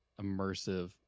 immersive